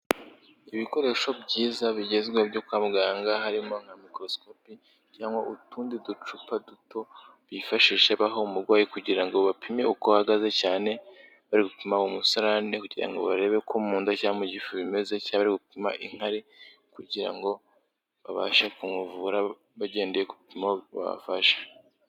Ibikoresho byiza bigezweho byo kwa muganga harimo nka microscopie cyangwa utundi ducupa duto bifashishe baha umuryayi kugira ngo bapime uko ahagaze, cyane bari gupima umusarane kugira ngo barebe uko mu nda cyangwa mu igifu bimeze cyangwa bari gupima inkari kugira ngo babashe kumuvura bagendeye kupimo bafashe